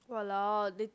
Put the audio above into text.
!wahlao! they